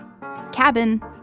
cabin